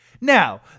Now